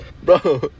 Bro